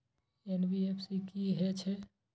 NBFC की हे छे?